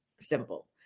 simple